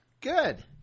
Good